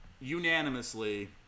unanimously